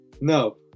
No